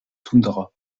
toundra